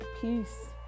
Peace